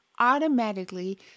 automatically